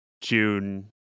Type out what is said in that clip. June